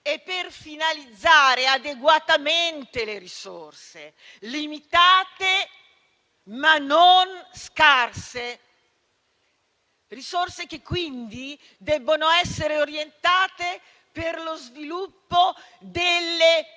e per finalizzare adeguatamente le risorse, limitate ma non scarse. Risorse che quindi debbono essere orientate per lo sviluppo delle risposte